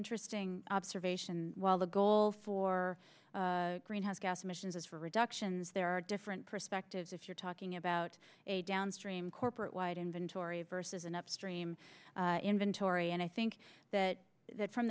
interesting observation while the goal for greenhouse gas emissions is for reductions there are different perspectives if you're talking about a downstream corporate wide inventory versus an upstream inventory and i think that that from